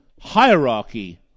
hierarchy